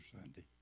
Sunday